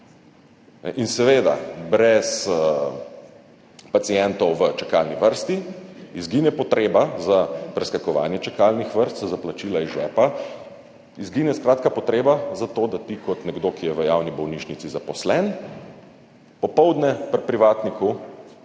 In seveda, brez pacientov v čakalni vrsti izgine potreba za preskakovanje čakalnih vrst, za plačila iz žepa, izgine skratka potreba za to, da ti kot nekdo, ki je v javni bolnišnici zaposlen, popoldne pri privatniku